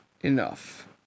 Enough